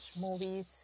movies